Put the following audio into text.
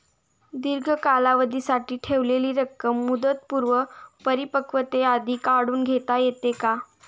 दीर्घ कालावधीसाठी ठेवलेली रक्कम मुदतपूर्व परिपक्वतेआधी काढून घेता येते का?